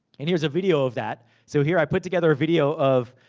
and here's a video of that. so here i put together a video of